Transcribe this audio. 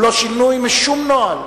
זה לא שינוי בשום נוהל.